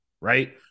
right